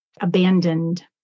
abandoned